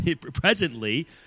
presently